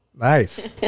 Nice